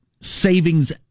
savings